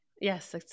yes